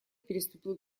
переступил